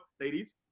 ladies